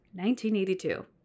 1982